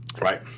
right